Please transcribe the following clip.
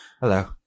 Hello